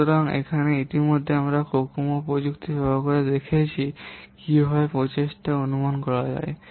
সুতরাং এখানে ইতিমধ্যে আমরা কোকোমো প্রযুক্তি ব্যবহার করে দেখেছি কীভাবে প্রচেষ্টা অনুমান করা যায়